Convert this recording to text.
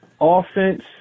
offense